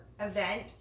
event